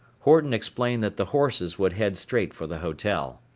horton explained that the horses would head straight for the hotel.